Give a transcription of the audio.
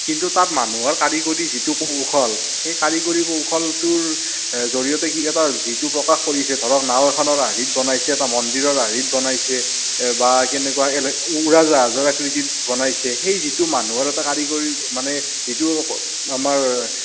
কিন্তু তাত মানুহৰ কাৰিকৰী যিটো কৌশল সেই কাৰিকৰী কৌশলটোৰ জৰিয়তে কিবা এটা যিটো প্ৰকাশ কৰিছে ধৰক নাও এখনৰ আৰ্হিত বনাইছে এটা মন্দিৰৰ আৰ্হিত বনাইছে বা কেনেকুৱা উৰাজাহাজৰ আকৃতিত বনাইছে সেই যিটো মানুহৰ এটা কাৰিকৰী মানে যিটো আমাৰ